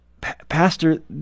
Pastor